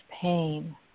pain